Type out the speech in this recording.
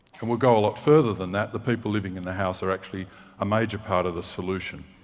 and we'll go a lot further than that the people living in the house are actually a major part of the solution.